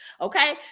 Okay